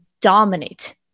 dominate